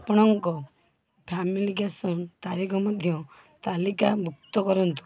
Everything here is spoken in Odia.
ଆପଣଙ୍କ ଫ୍ୟାମିଲି କେସନ୍ ତାରିଖ ମଧ୍ୟ ତାଲିକାଭୁକ୍ତ କରନ୍ତୁ